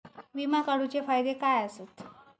विमा काढूचे फायदे काय आसत?